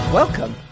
welcome